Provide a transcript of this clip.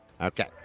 Okay